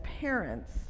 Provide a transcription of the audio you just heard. parents